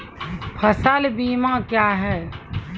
फसल बीमा क्या हैं?